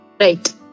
Right